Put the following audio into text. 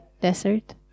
desert